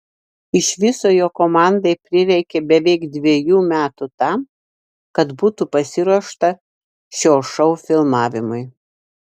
iš viso jo komandai prireikė beveik dviejų metų tam kad būtų pasiruošta šio šou filmavimui